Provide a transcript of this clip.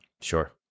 Sure